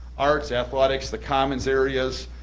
arts, athletics, the commons areas,